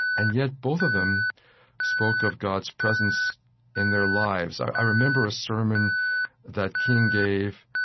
and yet, both of them spoke of god's presence in their lives i remember a sermon that king gave,